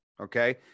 Okay